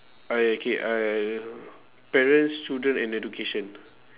I okay uh parents children and education